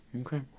okay